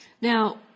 now